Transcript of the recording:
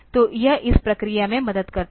तो यह इस प्रक्रिया में मदद करता है